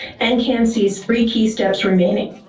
and ncan sees three key steps remaining,